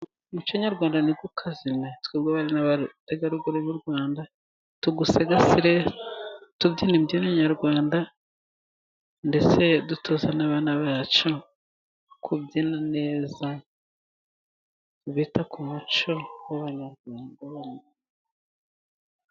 Umuco Nyarwanda ntukazime, twebwe abari n'abategarugori b'u Rwanda tuwusigasire tubyina imbyino Nyarwanda ndetse dutoza n'abana bacu kubyina neza bita ku muco w'abanyarwanda.